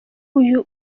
uyu